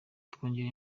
twongere